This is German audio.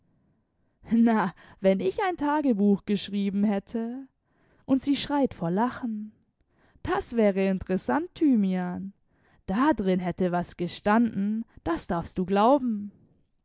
na wenn ich ein tagebuch gei schrieben hätte und sie schreit vor lachen das wäre interessant thymian da drin hätte was gestanden das darfst du glauben